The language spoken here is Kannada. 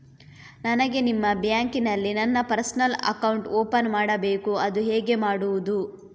ನನಗೆ ನಿಮ್ಮ ಬ್ಯಾಂಕಿನಲ್ಲಿ ನನ್ನ ಪರ್ಸನಲ್ ಅಕೌಂಟ್ ಓಪನ್ ಮಾಡಬೇಕು ಅದು ಹೇಗೆ ಮಾಡುವುದು?